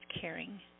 caring